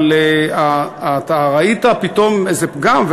אבל אתה ראית פתאום איזה פגם.